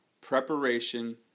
preparation